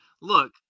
look